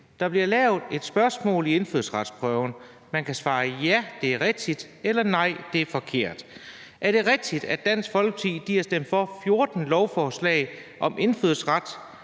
Der bliver lavet et spørgsmål til indfødsretsprøven, hvor man kan svare: ja, det er rigtigt, eller: nej, det er forkert. Er det rigtigt, at Dansk Folkeparti har stemt for 14 lovforslag om indfødsret?